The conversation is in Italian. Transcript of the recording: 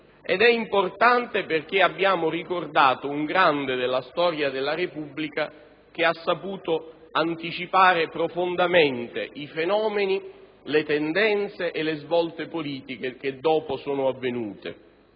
ed è importante perché abbiamo ricordato un grande della storia della Repubblica che ha saputo anticipare profondamente i fenomeni, le tendenze e le svolte politiche che poi si sono verificate.